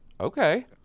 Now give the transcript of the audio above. Okay